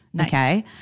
Okay